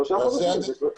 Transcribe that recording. שלושה חודשים.